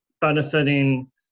benefiting